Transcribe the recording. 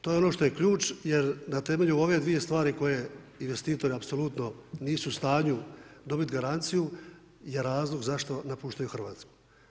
To je ono što je ključ jer na temelju ove dvije stvari koje investitori apsolutno nisu u stanju dobiti garanciju je razlog zašto napuštaju Hrvatsku.